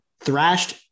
thrashed